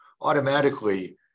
Automatically